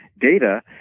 data